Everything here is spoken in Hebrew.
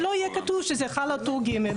שזה חל על טור ג',